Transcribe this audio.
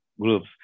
groups